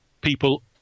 people